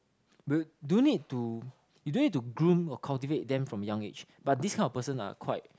will you do you need to you don't need to groom or cultivate them from young age but this kind of person are quite